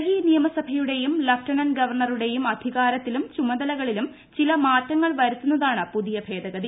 ഡൽഹി നിയമസഭയുടെയും ലെഫ്റ്റനന്റ് ഗവർണറുടെയും അധികാരത്തിലും ചുമതലകളിലും ചില മാറ്റങ്ങൾ വരുത്തുന്നതാണ് പുതിയ ഭേദഗതി